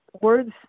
words